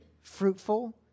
fruitful